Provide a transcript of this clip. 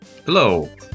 Hello